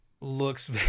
looks